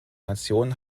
nationen